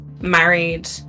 married